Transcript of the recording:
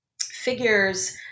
figures